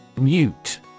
Mute